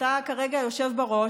אתה כרגע יושב בראש,